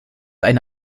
eine